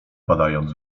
badając